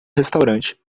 restaurante